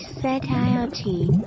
satiety